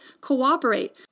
cooperate